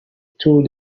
tous